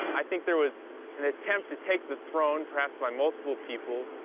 i think there was an attempt to take the throne, perhaps by multiple people,